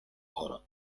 aura